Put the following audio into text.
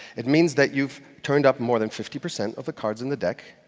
it means that you've turned up more than fifty percent of the cards in the deck,